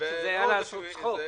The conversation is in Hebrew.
שזה היה לעשות צחוק.